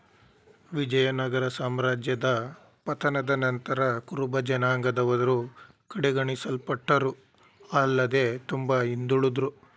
ವಿಜಯನಗರ ಸಾಮ್ರಾಜ್ಯದ ಪತನದ ನಂತರ ಕುರುಬಜನಾಂಗದವರು ಕಡೆಗಣಿಸಲ್ಪಟ್ಟರು ಆಲ್ಲದೆ ತುಂಬಾ ಹಿಂದುಳುದ್ರು